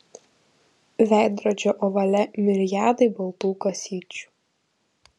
veidrodžio ovale miriadai baltų kasyčių